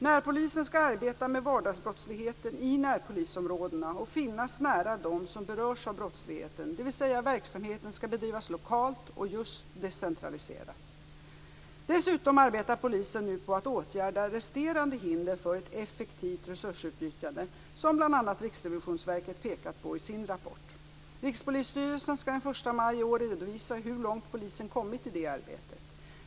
Närpolisen skall arbeta med vardagsbrottsligheten i närpolisområdena och finnas nära dem som berörs av brottsligheten, dvs. verksamheten skall bedrivas lokalt och just decentraliserat. Dessutom arbetar polisen nu på att åtgärda de resterande hinder för ett effektivt resursutnyttjande som bl.a. Riksrevisionsverket pekat på i sin rapport. Rikspolisstyrelsen skall den 1 mars i år redovisa hur långt polisen har kommit i det arbetet.